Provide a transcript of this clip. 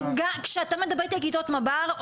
כשאתה מדבר איתי על כיתות מב"ר,